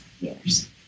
years